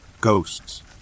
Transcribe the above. Ghosts